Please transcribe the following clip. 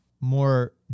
more